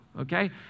okay